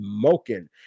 smoking